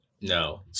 No